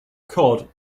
cod